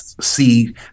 see